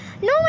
No